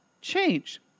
change